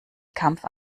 kampf